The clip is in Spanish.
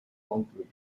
concluyó